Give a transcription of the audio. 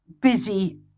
busy